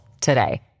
today